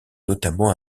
notamment